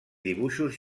dibuixos